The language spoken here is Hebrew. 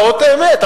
להראות את האמת,